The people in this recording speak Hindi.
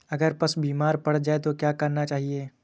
अगर पशु बीमार पड़ जाय तो क्या करना चाहिए?